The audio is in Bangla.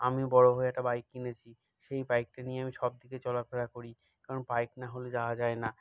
আমিও বড় হয়ে একটা বাইক কিনেছি সেই বাইকটা নিয়ে আমি সবদিকে চলা ফেরা করি কারণ বাইক না হলে যাওয়া যায় না